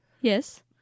Yes